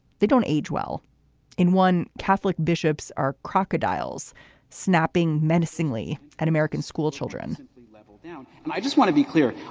they don't age well in one. catholic bishops are crocodiles snapping menacingly at american schoolchildren level down and i just want to be clear,